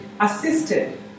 assisted